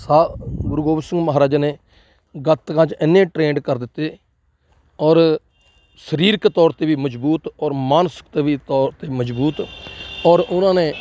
ਸਾ ਗੁਰੂ ਗੋਬਿੰਦ ਸਿੰਘ ਮਹਾਰਾਜ ਨੇ ਗੱਤਕਾ 'ਚ ਇੰਨੇ ਟ੍ਰੇਨਡ ਕਰ ਦਿੱਤੇ ਔਰ ਸਰੀਰਕ ਤੌਰ 'ਤੇ ਵੀ ਮਜ਼ਬੂਤ ਔਰ ਮਾਨਸਿਕਤਾ ਵੀ ਤੌਰ 'ਤੇ ਮਜਬੂਤ ਔਰ ਉਹਨਾਂ ਨੇ